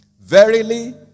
Verily